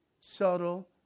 subtle